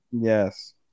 Yes